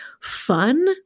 fun